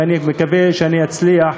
ואני מקווה שאני אצליח,